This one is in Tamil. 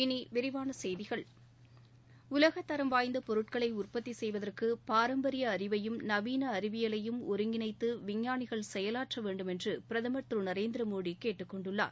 இனி விரிவான செய்திகள் உலகதரம் வாய்ந்த பொருட்களை உற்பத்தி செய்வதற்கு பாரம்பரிய அறிவையும் நவீன அறிவியலையும் ஒருங்கிணைத்து விஞ்ஞானிகள் பின்பற்ற வேண்டும் என்று பிரதம் திரு நரேந்திர மோடி கேட்டுக்கொண்டுள்ளார்